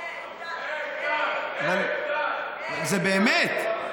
איתן, איתן, זה באמת.